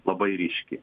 labai ryški